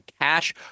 Cash